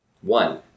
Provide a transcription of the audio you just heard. One